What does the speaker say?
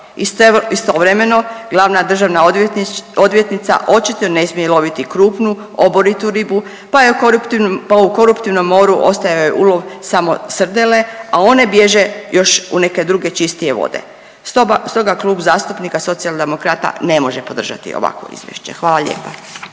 Istovremeno glavna državna odvjetnica očito ne smije loviti krupnu, oboritu ribu, pa u koruptivnom moru ostaje joj ulov samo srdele, a one bježe još u neke druge čistije vode. Stoga Klub zastupnika Socijaldemokrata ne može podržati ovakvo izvješće. Hvala lijepa.